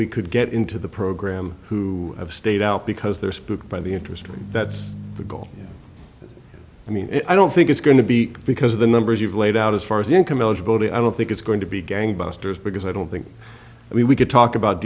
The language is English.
we could get into the program who have stayed out because they're spooked by the interest rate that's the goal i mean i don't think it's going to be because the numbers you've laid out as far as income eligibility i don't think it's going to be gangbusters because i don't think we could talk about